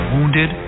Wounded